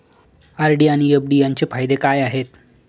RD आणि FD यांचे फायदे काय आहेत?